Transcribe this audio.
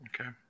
Okay